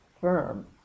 firm